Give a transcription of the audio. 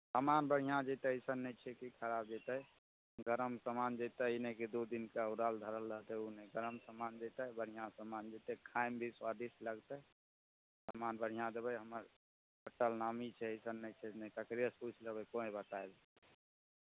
सामान बढ़िआँ जेतै एसन नहि छै कि खराब जेतै गरम सामान जेतै ई नहि कि दू दिनका उगरल धरल रहतै ओ नहि गरम सामान जेतै बढ़िआँ सामान जेतै खायमे भी स्वादिष्ट लगतै सामान बढ़ियाँ देबै हमर होटल नामी छै एसन नहि छै नहि ककरोसँ पुछि लेबै कोइ बताए देत